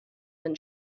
than